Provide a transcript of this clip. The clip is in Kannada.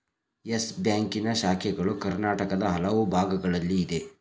ಯಸ್ ಬ್ಯಾಂಕಿನ ಶಾಖೆಗಳು ಕರ್ನಾಟಕದ ಹಲವು ಭಾಗಗಳಲ್ಲಿ ಇದೆ